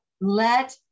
let